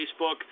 Facebook